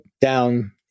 down